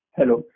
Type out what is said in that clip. Hello